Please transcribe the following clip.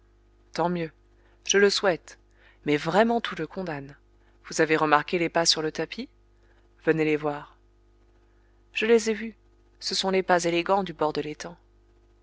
tant mieux je le souhaite mais vraiment tout le condamne vous avez remarqué les pas sur le tapis venez les voir je les ai vus ce sont les pas élégants du bord de l'étang